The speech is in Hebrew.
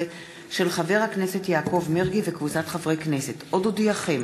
הנני מתכבדת להודיעכם,